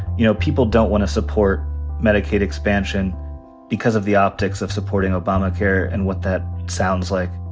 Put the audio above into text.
you know, people don't wanna support medicaid expansion because of the optics of supporting obamacare, and what that sounds like.